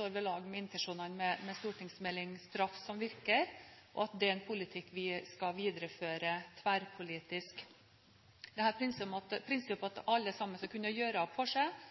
om intensjonene med St.meld. nr. 37 for 2007–2008 Straff som virker – mindre kriminalitet – tryggere samfunn, og at det er en politikk vi skal videreføre tverrpolitisk. Prinsippet om at alle skal kunne gjøre opp for seg